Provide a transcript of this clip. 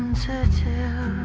to to